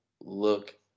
look